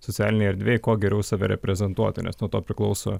socialinėj erdvėj kuo geriau save reprezentuoti nes nuo to priklauso